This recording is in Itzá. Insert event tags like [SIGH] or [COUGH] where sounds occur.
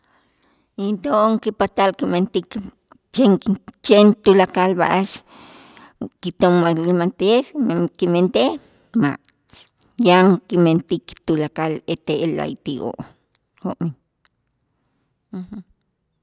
Into'on kipatal kimentik chen chen tulakal b'a'ax kiton [UNINTELLIGIBLE] kimentej ma', yan kimentik tulakal ete la'ayti'oo'. [HESITATION]